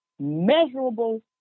measurable